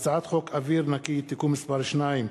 הצעת חוק אוויר נקי (תיקון מס' 2),